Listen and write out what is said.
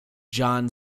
john